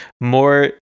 more